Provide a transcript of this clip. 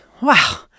wow